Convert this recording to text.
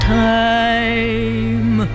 time